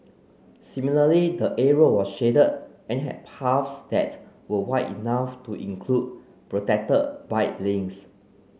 similarly the area was shaded and had paths that were wide enough to include protected bike lanes